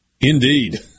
Indeed